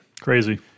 Crazy